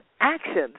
actions